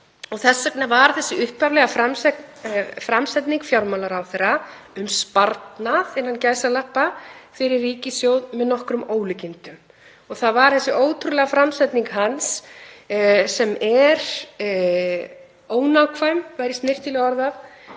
Þess vegna var þessi upphaflega framsetning fjármálaráðherra, um „sparnað“ fyrir ríkissjóð, með nokkrum ólíkindum og það var þessi ótrúlega framsetning hans, sem er ónákvæm, væri snyrtilega orðað,